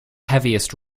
heaviest